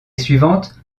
suivante